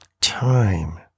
time